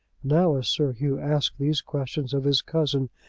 now, as sir hugh asked these questions of his cousin,